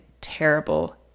terrible